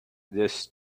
this